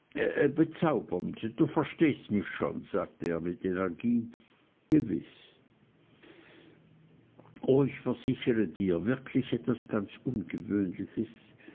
bezaubernd du verstehst mich schon sagte er mit energie gewiß o ich versichere dir wirklich etwas ganz ungewöhnliches